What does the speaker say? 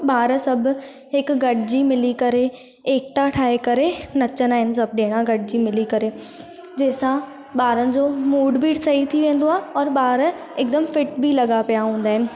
ॿार सभु हिकु गॾिजी मिली करे एकता ठाहे करे नचंदा आहिनि सभु ॾे हां गॾिजी मिली करे जंहिं सां ॿारनि जो मूड बि सही थी वेंदो आहे और ॿार हिकदमि फीट बि लॻा पिया हूंदा आहिनि